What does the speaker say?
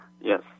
Yes